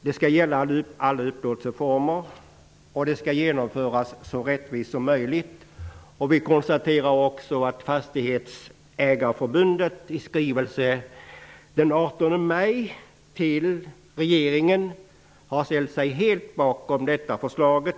Det skall gälla alla upplåtselseformer och göras så rättvist som möjligt. Vi kan också konstatera att Fastighetsägareförbundet i en skrivelse till regeringen den 18 maj ställer sig helt bakom detta förslag.